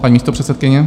Paní místopředsedkyně.